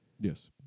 Yes